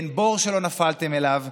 אין בור שלא נפלתם אליו,